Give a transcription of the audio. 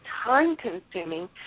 time-consuming